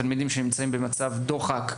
תלמידים שנמצאים במצב דוחק,